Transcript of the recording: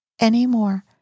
anymore